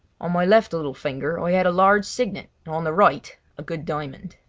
on my left little finger i had a large signet and on the right a good diamond.